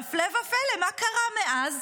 והפלא ופלא, מה קרה מאז?